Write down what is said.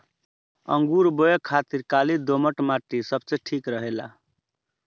अंगूर बोए खातिर काली दोमट माटी सबसे ठीक रहेला